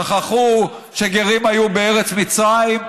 שכחו שגרים היו בארץ מצרים.